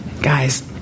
Guys